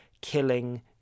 killing